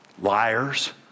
Liars